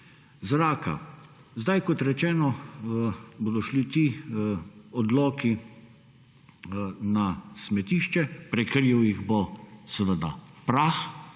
zraka. Zdaj, kot rečeno, bodo šli ti odloki na smetišče. Prekril jih bo seveda prah,